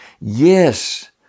Yes